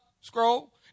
Scroll